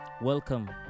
welcome